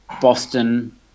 boston